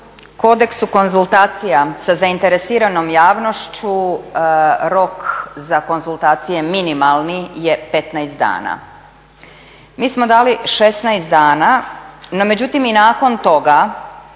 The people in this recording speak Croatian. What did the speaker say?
kodeksu konzultacija sa zainteresiranom javnošću rok za konzultacije minimalni je 15 dana. Mi smo dali 16 dana. No međutim i nakon toga